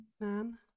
Man